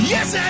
Yes